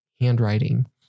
handwriting